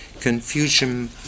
confusion